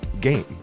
game